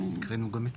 הקראנו גם אתמול.